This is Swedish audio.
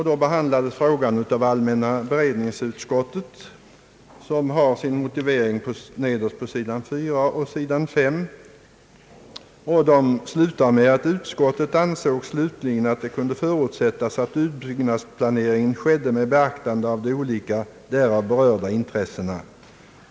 Den behandlades då av allmänna beredningsutskottet — en redogörelse för den behandlingen återfinns på sidorna 4 och 5 i utlåtandet. Där heter det: »Utskottet ansåg slutligen att det kunde förutsättas att utbyggnadsplaneringen skedde med beaktande av de olika därav berörda intressena.